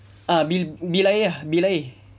ah bill air lah bill air